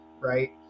Right